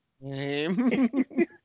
name